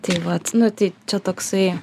tai vat nu tai čia toksai